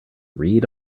read